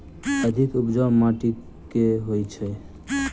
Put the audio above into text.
अधिक उपजाउ माटि केँ होइ छै?